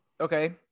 Okay